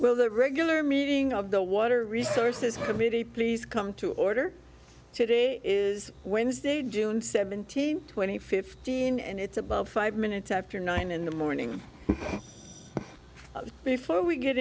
well that regular meeting of the water resources committee please come to order today is wednesday june seventeenth twenty fifteen and it's about five minutes after nine in the morning before we get